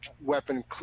weapon